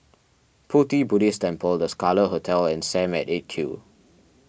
Pu Ti Buddhist Temple the Scarlet Hotel and Sam at eight Q